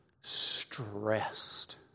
stressed